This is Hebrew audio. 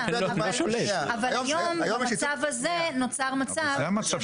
המצב היום הוא שהמיעוט שולט במליאה.